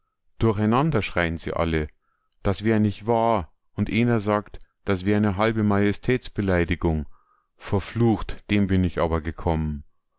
durcheinander schrein sie alle das wär nich wahr und eener sagt das wär ne halbe majestätsbeleidigung verflucht dem bin ich aber gekommen